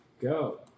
go